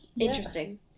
interesting